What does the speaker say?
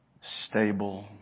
stable